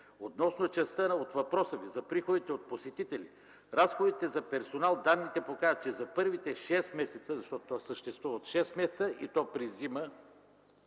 Относно частта от въпроса Ви за приходите от посетители и разходите за персонал – данните показват, че за първите шест месеца (защото той съществува от шест месеца и то при зимни